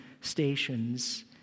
stations